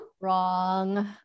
Wrong